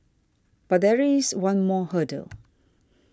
but there is one more hurdle